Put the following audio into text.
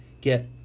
get